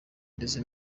ndetse